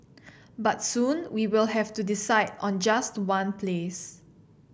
but soon we will have to decide on just one place